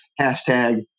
hashtag